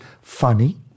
funny